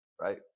right